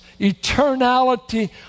eternality